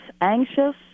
anxious